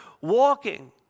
walking